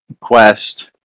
quest